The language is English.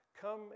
Come